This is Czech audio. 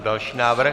Další návrh.